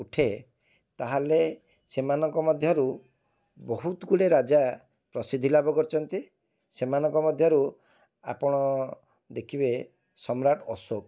ଉଠେ ତାହେଲେ ସେମାନଙ୍କ ମଧ୍ୟରୁ ବହୁତ ଗୁଡ଼ିଏ ରାଜା ପ୍ରସିଦ୍ଧି ଲାଭ କରିଛନ୍ତି ସେମାନଙ୍କ ମଧ୍ୟରୁ ଆପଣ ଦେଖିବେ ସମ୍ରାଟ ଅଶୋକ